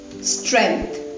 strength